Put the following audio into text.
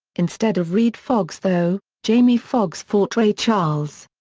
instead of redd foxx though, jamie foxx fought ray charles.